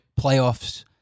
playoffs